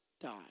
die